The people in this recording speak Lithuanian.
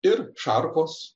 ir šarkos